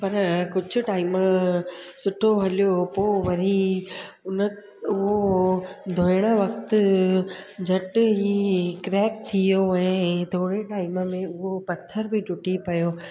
पर कुझु टाइम सुठो हलियो पोइ वरी उन उहो धोइण वक़्तु झटि ई क्रेक थी वियो ऐं थोरे टाइम में उहो पथर बि टूटी पियो